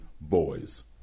boys